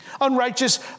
Unrighteous